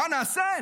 מה נעשה?